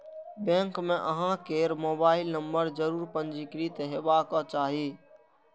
bank मे अहां केर मोबाइल नंबर जरूर पंजीकृत हेबाक चाही